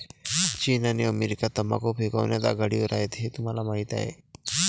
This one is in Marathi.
चीन आणि अमेरिका तंबाखू पिकवण्यात आघाडीवर आहेत हे तुम्हाला माहीत आहे